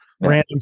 random